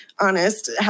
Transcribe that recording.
honest